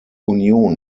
union